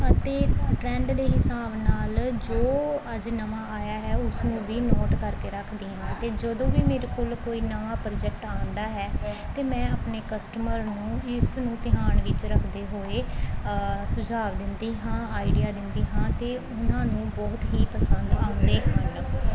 ਅਤੇ ਟ੍ਰੈਂਡ ਦੇ ਹਿਸਾਬ ਨਾਲ ਜੋ ਅੱਜ ਨਵਾਂ ਆਇਆ ਹੈ ਉਸ ਨੂੰ ਵੀ ਨੋਟ ਕਰਕੇ ਰੱਖਦੀ ਹਾਂ ਅਤੇ ਜਦੋਂ ਵੀ ਮੇਰੇ ਕੋਲ ਕੋਈ ਨਵਾਂ ਪ੍ਰੋਜੈਕਟ ਆਉਂਦਾ ਹੈ ਤਾਂ ਮੈਂ ਆਪਣੇ ਕਸਟਮਰ ਨੂੰ ਇਸ ਨੂੰ ਧਿਆਨ ਵਿੱਚ ਰੱਖਦੇ ਹੋਏ ਸੁਝਾਵ ਦਿੰਦੀ ਹਾਂ ਆਇਡੀਆ ਦਿੰਦੀ ਹਾਂ ਅਤੇ ਉਹਨਾਂ ਨੂੰ ਬਹੁਤ ਹੀ ਪਸੰਦ ਆਉਂਦੇ ਹਨ